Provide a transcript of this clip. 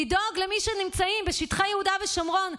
לדאוג למי שנמצאים בשטחי יהודה ושומרון,